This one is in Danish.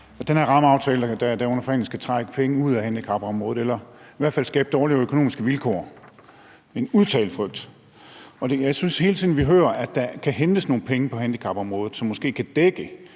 at den her rammeaftale der er under forhandling, skal trække penge ud af handicapområdet eller i hvert fald skabe dårligere økonomiske vilkår – en udtalt frygt. Jeg synes hele tiden, at vi hører, at der kan hentes nogle penge på handicapområdet, som måske kan dække